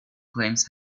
claims